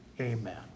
amen